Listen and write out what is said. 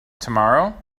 tomorrow